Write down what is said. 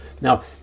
Now